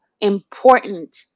important